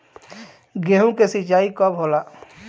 गेहूं के सिंचाई कब होला?